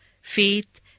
faith